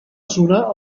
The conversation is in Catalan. sonar